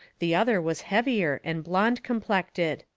the other was heavier and blonde complected.